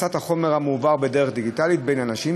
הדפסת החומר המועבר בדרך דיגיטלית בין אנשים,